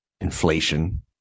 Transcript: inflation